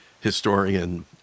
historian